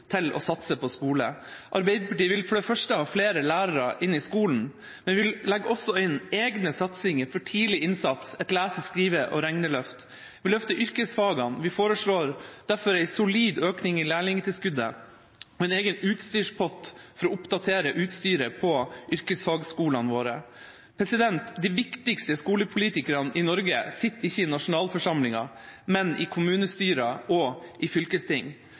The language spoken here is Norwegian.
til å satse på skole. Arbeiderpartiet vil for det første ha flere lærere inn i skolen, men vi legger også inn egne satsinger for tidlig innsats – et lese-, skrive- og regneløft. Vi vil løfte yrkesfagene, vi foreslår derfor en solid økning i lærlingtilskuddet med en egen utstyrspott for å oppdatere utstyret på yrkesfagskolene våre. De viktigste skolepolitikerne i Norge sitter ikke i nasjonalforsamlinga, men i kommunestyrene og i